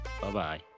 Bye-bye